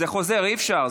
זה חוזר, אי-אפשר.